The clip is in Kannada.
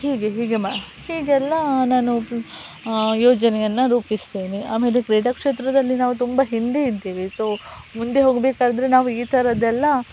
ಹೀಗೆ ಹೀಗೆ ಮ ಹೀಗೆಲ್ಲ ನಾನು ಯೋಜನೆಯನ್ನು ರೂಪಿಸ್ತೀನಿ ಆಮೇಲೆ ಕ್ರೀಡಾ ಕ್ಷೇತ್ರದಲ್ಲಿ ನಾವು ತುಂಬ ಹಿಂದೆ ಇದ್ದೇವೆ ಸೊ ಮುಂದೆ ಹೋಗಬೇಕಾದ್ರೆ ನಾವು ಈ ಥರದ್ದೆಲ್ಲ